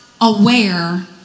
aware